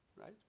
right